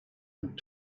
and